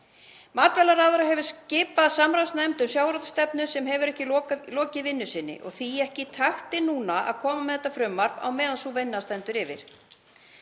Matvælaráðherra hefur skipað samráðsnefnd um sjávarútvegsstefnu sem hefur ekki lokið vinnu sinni og því ekki í takti núna að koma með þetta frumvarp á meðan sú vinna stendur yfir.